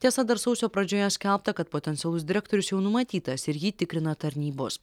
tiesa dar sausio pradžioje skelbta kad potencialus direktorius jau numatytas ir jį tikrina tarnybos